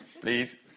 Please